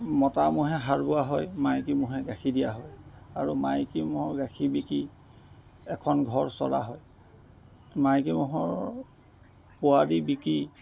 মতা ম'হে হাল বোৱা হয় আৰু মাইকী ম'হে গাখীৰ দিয়া হয় আৰু মাইকী ম'হ গাখীৰ বিকি এখন ঘৰ চলা হয় মাইকী ম'হৰ পোৱালি বিকি